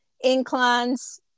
inclines